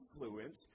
influence